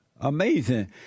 amazing